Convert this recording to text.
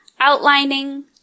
outlining